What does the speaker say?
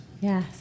Yes